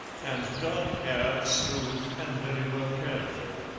and dark hair, smooth and very well cared for.